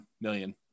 million